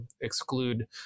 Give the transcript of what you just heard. exclude